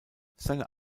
seine